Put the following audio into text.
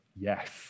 Yes